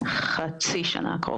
בחצי שנה הקרובה.